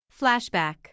Flashback